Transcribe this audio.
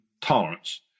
Tolerance